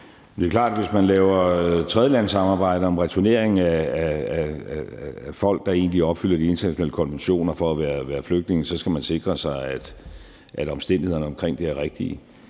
Det er klart, at hvis man laver tredjelandssamarbejder om returnering af folk, der egentlig opfylder de internationale konventioner for at være flygtninge, så skal man sikre sig, at omstændighederne omkring det er rigtige.